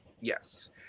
Yes